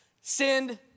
send